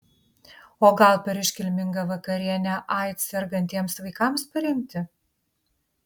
o gal per iškilmingą vakarienę aids sergantiems vaikams paremti